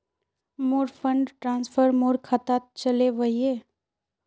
मोर fund transfer मोर खातात चले वहिये